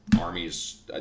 armies